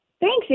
Thanks